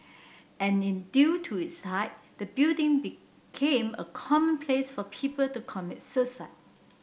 and due to its height the building became a common place for people to commit suicide